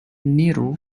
nero